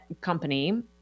company